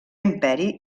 imperi